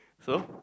so